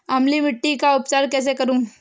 अम्लीय मिट्टी का उपचार कैसे करूँ?